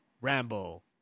Rambo